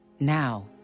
now